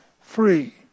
free